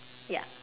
ya